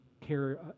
care